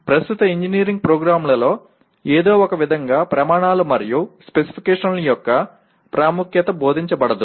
ప్రస్తుత ఇంజనీరింగ్ ప్రోగ్రామ్లలో ఏదో ఒకవిధంగా ప్రమాణాలు మరియు స్పెసిఫికేషన్ల యొక్క ప్రాముఖ్యత బోధించబడదు